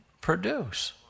produce